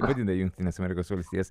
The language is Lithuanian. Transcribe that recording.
vadina jungtines amerikos valstijas